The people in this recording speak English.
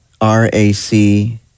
R-A-C-